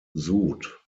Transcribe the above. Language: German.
sud